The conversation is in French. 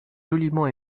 joliment